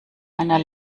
einer